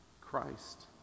Christ